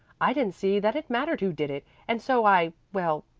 i didn't see that it mattered who did it, and so i well,